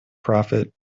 profit